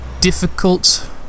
difficult